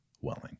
Welling